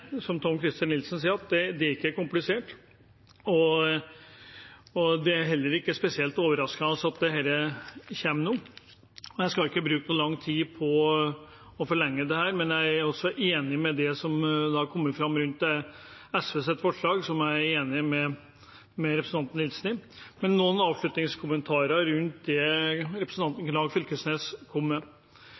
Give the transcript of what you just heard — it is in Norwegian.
det Tom-Christer Nilsen sier om at det ikke er komplisert, og det er heller ikke spesielt overraskende at dette kommer nå. Jeg skal ikke bruke lang tid og forlenge dette, men det som har kommet fram rundt SVs forslag, er jeg enig med representanten Nilsen i. Noen avslutningskommentarer rundt det representanten Knag Fylkesnes kom med: